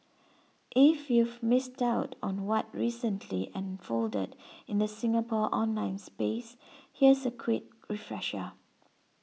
if you've missed out on what recently unfolded in the Singapore online space here's a quick refresher